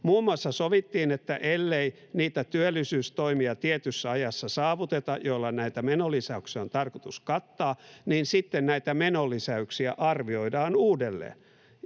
Muun muassa sovittiin, että ellei tietyssä ajassa saavuteta niitä työllisyystoimia, joilla näitä menolisäyksiä on tarkoitus kattaa, niin sitten näitä menonlisäyksiä arvioidaan uudelleen,